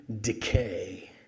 decay